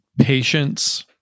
patience